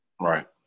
Right